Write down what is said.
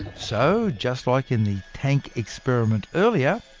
so, just like in the tank experiment earlier,